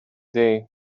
day